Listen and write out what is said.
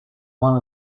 one